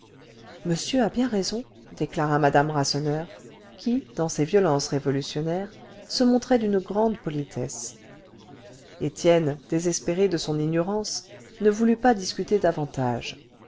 monsieur a bien raison déclara madame rasseneur qui dans ses violences révolutionnaires se montrait d'une grande politesse étienne désespéré de son ignorance ne voulut pas discuter davantage